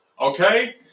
Okay